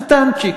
קטנצ'יק,